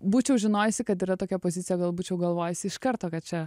būčiau žinojusi kad yra tokia pozicija gal būčiau galvojusi iš karto kad čia